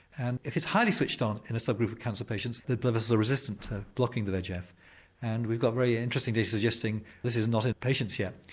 and if it's highly switched on, in a sub-group of cancer patients, the blood vessels are resistant to blocking the vegf. and we've got very interesting data suggesting this is not in patients yet,